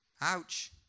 Ouch